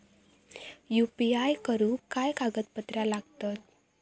UPI करुक काय कागदपत्रा लागतत?